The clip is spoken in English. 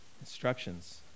instructions